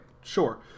Sure